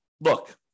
look